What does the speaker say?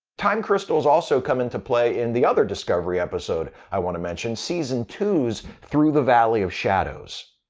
time crystals also come into play in the other discovery episode i want to mention, season two's through the valley of shadows.